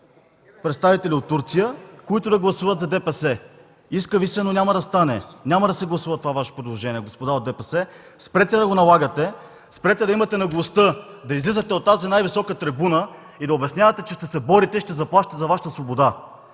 представители от Турция, които да гласуват за ДПС. Иска Ви се, но няма да стане. Няма да се гласува това Ваше предложение, господа от ДПС. Спрете да го налагате, спрете да имате наглостта да излизате от тази най-висока трибуна и да обяснявате, че ще се борите и ще заплащате за Вашата свобода.